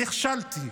נכשלתי,